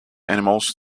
animals